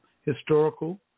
historical